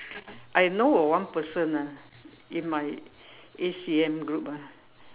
I know of one person ah in my A_C_M group ah